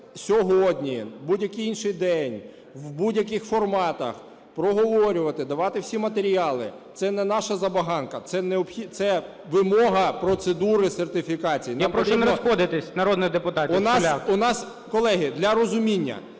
сьогодні, в будь-який інший день, в будь-яких форматах проговорювати, давати всі матеріали, це не наша забаганка, це вимога процедури сертифікації. ГОЛОВУЮЧИЙ. Я прошу не розходитись, народних депутатів. ГОНЧАРУК О.В. У нас, колеги, для розуміння,